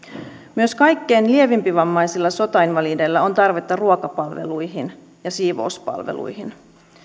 myös kaikkein lievävammaisimmilla sotainvalideilla on tarvetta ruokapalveluihin ja siivouspalveluihin